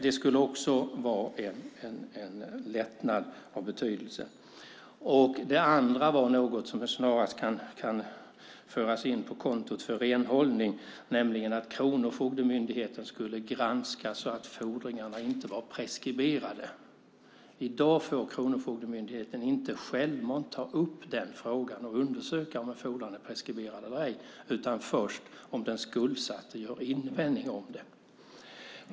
Det skulle vara en lättnad av betydelse. Det andra var något som snarast kan föras in på kontot för renhållning, nämligen att Kronofogdemyndigheten skulle granska så att fordringarna inte var preskriberade. I dag får Kronofogdemyndigheten inte självmant ta upp den frågan och undersöka om fordran är preskriberad eller ej utan först om den skuldsatte gör invändningar om det.